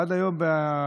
עד היום בחקלאות,